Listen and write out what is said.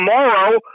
tomorrow